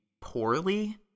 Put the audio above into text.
poorly